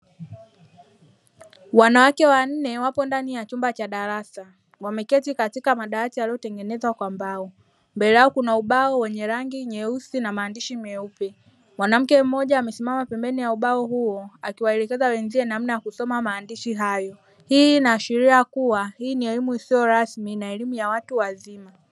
Wanawake wanne wapo ndani ya chumba cha darasa. Wameketi katika madaftari yaliyotengenezwa kwa mbao. Mbele yao kuna ubao wenye rangi nyeusi na maandishi meupe. Mwanamke mmoja amesimama pembeni ya ubao huo, akiwaelekeza wenzake namna ya kusoma maandishi hayo. Hii inaashiria kuwa, hii ni elimu isiyo rasmi na elimu ya watu wazima.